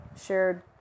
shared